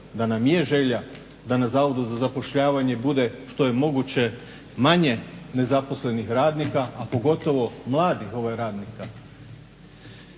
da nam je želje da na Zavodu za zapošljavanje bude što je moguće manje nezaposlenih radnika, a pogotovo mladih radnika